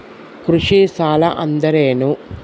ಕೃಷಿ ಸಾಲ ಅಂದರೇನು?